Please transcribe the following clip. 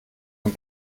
zum